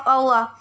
Allah